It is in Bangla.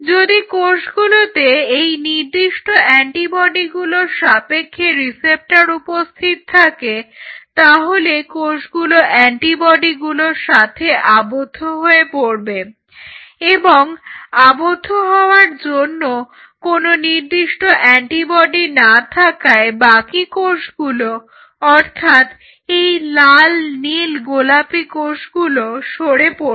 যদি কোষগুলোতে এই নির্দিষ্ট অ্যান্টিবডিগুলোর সাপেক্ষে রিসেপ্টর উপস্থিত থাকে তাহলে কোষগুলো অ্যান্টিবডিগুলোর সাথে আবদ্ধ হয়ে পড়বে এবং আবদ্ধ হওয়ার জন্য কোনো অ্যান্টিবডি না থাকায় বাকি কোষগুলো অর্থাৎ এই লাল নীল গোলাপী কোষগুলো সরে যাবে